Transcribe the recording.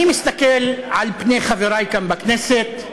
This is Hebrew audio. אני מסתכל על פני חברי כאן בכנסת,